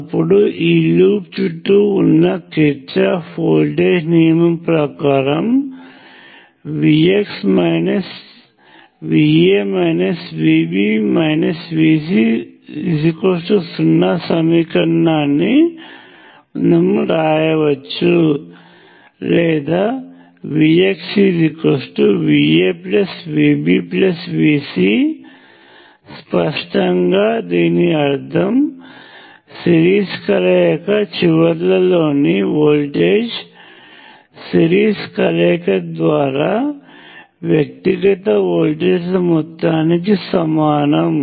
అప్పుడు ఈ లూప్ చుట్టూ ఉన్న కిర్చాఫ్ వోల్టేజ్ నియమము ప్రకారం Vx VA VB VC0సమీకరణాన్ని మనం రాయవచ్చు లేదా VxVAVBVC స్పష్టంగా దీని అర్థం సిరీస్ కలయిక చివరల్లోని వోల్టేజ్ సిరీస్ కలయిక ద్వారా వ్యక్తిగత వోల్టేజ్ల మొత్తానికి సమానం